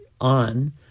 on